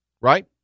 Right